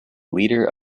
leader